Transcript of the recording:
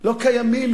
לא קיימים,